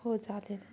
हो चालेल